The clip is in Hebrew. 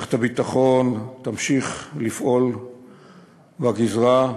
מערכת הביטחון תמשיך לפעול בגזרה,